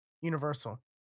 Universal